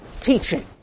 teaching